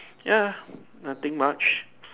ya nothing much